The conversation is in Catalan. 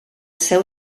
seu